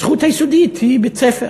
הזכות היסודית היא בית-ספר,